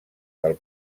del